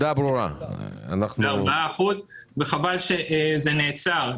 ב-4 אחוזים וחבל שזה נעצר.